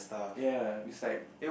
ya it's like